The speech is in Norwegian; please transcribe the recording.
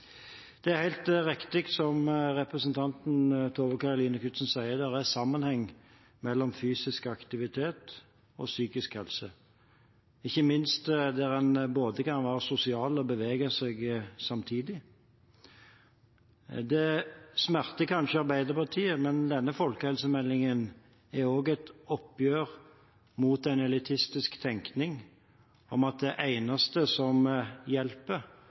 Det er helt riktig som representanten Tove Karoline Knutsen sier, at det er en sammenheng mellom fysisk aktivitet og psykisk helse, ikke minst når en kan være både sosial og bevege seg samtidig. Det smerter kanskje Arbeiderpartiet, men denne folkehelsemeldingen er også et oppgjør med en elitistisk tenkning, at det eneste som hjelper,